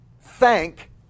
Thank